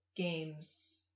games